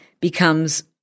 becomes